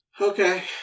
Okay